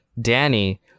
danny